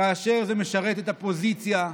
כאשר זה משרת את הפוזיציה,